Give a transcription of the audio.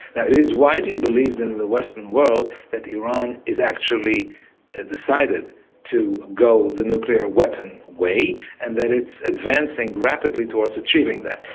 now it is widely believed in the western world that iran is actually ah decided to go the nuclear weapon way and that it's advancing rapidly towards achieving that.